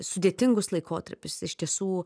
sudėtingus laikotarpius iš tiesų